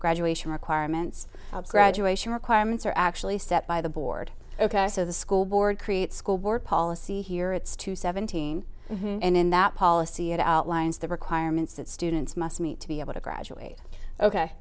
graduation requirements graduation requirements are actually set by the board ok so the school board creates school board policy here it's two seventeen and in that policy it outlines the requirements that students must meet to be able to graduate ok